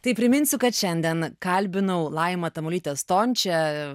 tai priminsiu kad šiandien kalbinau laimą tamulytę stončę